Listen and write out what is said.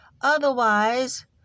Otherwise